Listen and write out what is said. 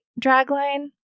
Dragline